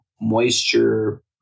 moisture